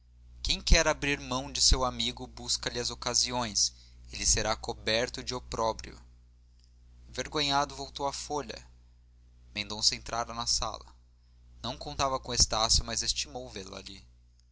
quem quer abrir mão de seu amigo buscalhe as ocasiões ele será coberto de opróbrio envergonhado voltou a folha mendonça entrara na sala não contava com estácio mas estimou vê-lo ali